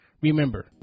Remember